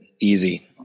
easy